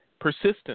Persistence